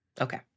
okay